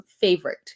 favorite